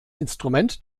instrument